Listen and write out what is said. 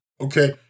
Okay